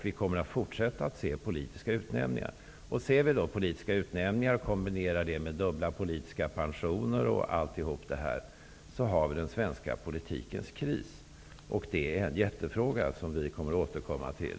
Vi kommer att få se politiska utnämningar i fortsättningen också. Om vi kombinerar detta med dubbla politiska pensioner och allt annat har vi den svenska politikens kris. Det är en jättefråga som vi envist kommer att återkomma till.